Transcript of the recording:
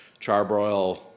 charbroil